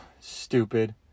Stupid